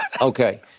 Okay